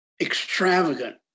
extravagant